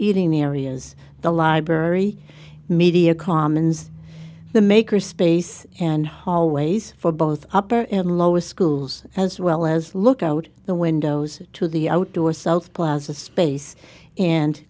eating the areas the library media commons the maker space and hallways for both upper and lower schools as well as look out the windows to the outdoor south plaza space and